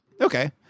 Okay